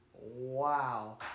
Wow